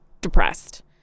depressed